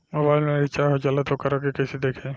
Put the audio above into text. Mobile में recharge हो जाला त वोकरा के कइसे देखी?